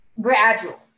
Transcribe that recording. gradual